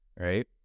right